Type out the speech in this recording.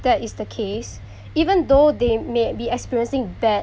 that is the case even though they may be experiencing bad